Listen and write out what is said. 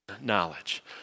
knowledge